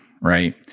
right